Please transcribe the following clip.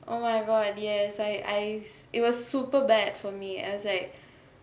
oh my god yes I I it was super bad for me I was like